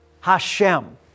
Hashem